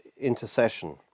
intercession